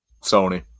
Sony